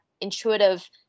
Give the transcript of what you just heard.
intuitive